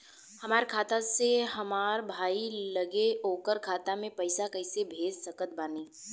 हमार खाता से हमार भाई लगे ओकर खाता मे पईसा कईसे भेज सकत बानी?